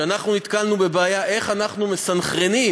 כשאנחנו נתקלנו בבעיה איך אנחנו מסנכרנים